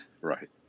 Right